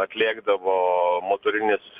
atlėkdavo motorinis